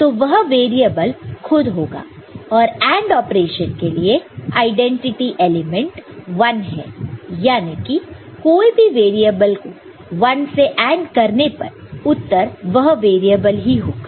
तो वह वेरिएबल खुद होगा और AND ऑपरेशन के लिए आईडेंटिटी एलिमेंट 1 है याने की कोई भी वेरिएबल को 1 से AND करने पर उत्तर वह वेरिएबल ही होगा